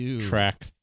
track